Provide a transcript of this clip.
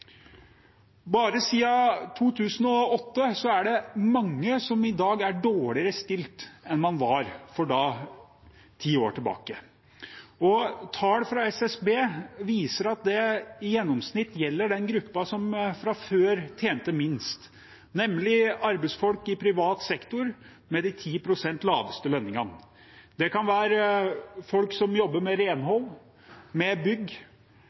Bare siden 2008 er det mange som i dag er dårligere stilt enn de var for ti år siden. Tall fra SSB viser at det i gjennomsnitt gjelder den gruppen som fra før tjente minst, nemlig de 10 pst. arbeidsfolk i privat sektor med de laveste lønningene. Det kan være folk som jobber med renhold, med bygg